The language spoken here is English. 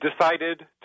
decided